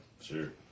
Sure